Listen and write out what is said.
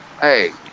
hey